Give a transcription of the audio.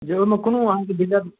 जे ओहिमे कोनो अहाँके दिक्कत